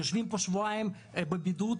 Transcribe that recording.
יושבים פה שבועיים בבידוד,